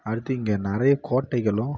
அடுத்து இங்கே நிறைய கோட்டைகளும்